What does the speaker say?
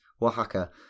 Oaxaca